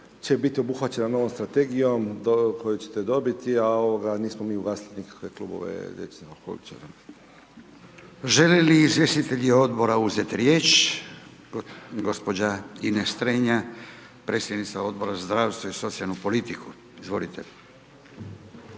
će biti obuhvaćena novom strategijom do, koju ćete dobiti, a ovoga nismo mi …/nerazumljivo/… nikakve klubove …/nerazumljivo/… **Radin, Furio (Nezavisni)** Želi li izvjestitelji odbora uzeti riječ, gospođa Ines Strenja, predsjednica Odbora za zdravstvo i socijalnu politiku, izvolite.